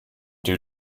due